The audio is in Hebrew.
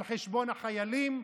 על חשבון החיילים,